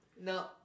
No